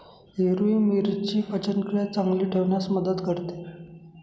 हिरवी मिरची पचनक्रिया चांगली ठेवण्यास मदत करते